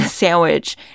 sandwich